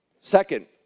Second